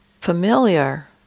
familiar